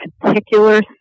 particular